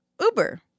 Uber